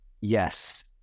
Yes